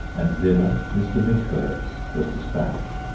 and thither mr. micholitz was despatched.